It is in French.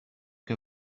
que